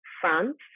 France